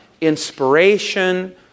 inspiration